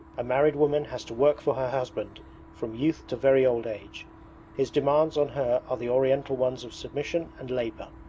a married woman has to work for her husband from youth to very old age his demands on her are the oriental ones of submission and labour.